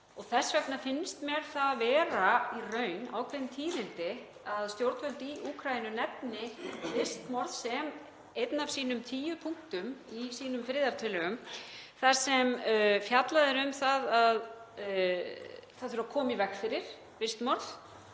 Þess vegna finnst mér það vera ákveðin tíðindi að stjórnvöld í Úkraínu nefni vistmorð sem einn af sínum tíu punktum í sínum friðartillögum. Þar er fjallað um að það þurfi að koma í veg fyrir vistmorð